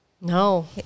No